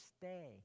stay